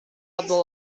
other